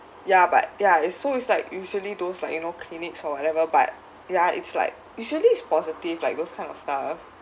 ya but ya so it's like usually those like you know clinics or whatever but ya it's like usually it's positive like those kind of stuff